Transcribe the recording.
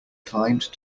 climbed